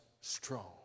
strong